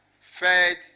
fed